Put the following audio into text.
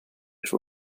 chaud